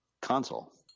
console